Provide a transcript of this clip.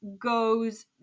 goes